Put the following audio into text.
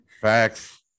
facts